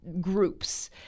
groups